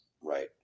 right